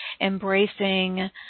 embracing